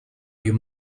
you